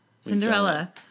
Cinderella